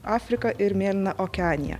afrika ir mėlyna okeanija